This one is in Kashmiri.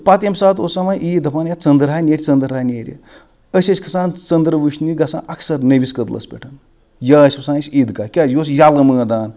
تہٕ پتہٕ ییٚمہِ ساتہ اوس آسان عیٖد دَپان ہے ژنٛدٕر ہا نیٚرِ ژنٛدٕر ہا نیٚرِ أسۍ ٲسۍ کھژان ژنٛدٕر وٕچھنہِ گَژھان اَکثَر نٔوِس کدلَس پٮ۪ٹھ یا ٲسۍ گَژھان أسۍ عیٖدگاہ کیازِ أسۍ یہٕ اوس ییٚلہٕ مٲدان